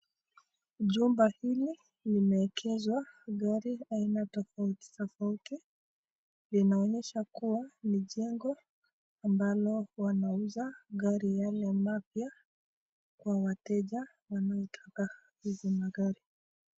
Jumba hili limewekezwa gari aina tofauti tofauti linaonyesha kuwa ni jengo ambalo wanauza gari yale mapya kwa wateja wanaotaka hizi magari.